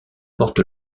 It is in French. porte